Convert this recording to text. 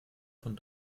von